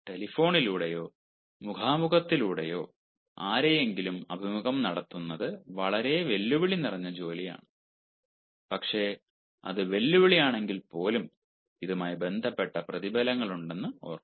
ടെലിഫോണിലൂടെയോ മുഖാമുഖത്തിലൂടെയോ ആരെയെങ്കിലും അഭിമുഖം നടത്തുന്നത് വളരെ വെല്ലുവിളി നിറഞ്ഞ ജോലിയാണ് പക്ഷേ അത് വെല്ലുവിളിയാണെങ്കിൽപ്പോലും ഇതുമായി ബന്ധപ്പെട്ട പ്രതിഫലങ്ങളുണ്ടെന്ന് ഓർമ്മിക്കുക